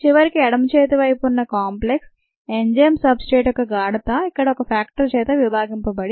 చివరికి ఎడమ చేతి వైపు ఉన్న కాంప్లెక్స్ ఎంజైమ్ సబ్ స్ట్రేట్ యొక్క గాఢత ఇక్కడ ఓ ఫ్యాక్టర్ చేత విభాగింపబడి